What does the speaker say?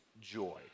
Joy